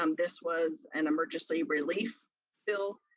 um this was an emergency relief bill.